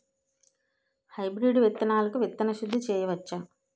Hybrid విత్తనాలకు విత్తన శుద్ది చేయవచ్చ?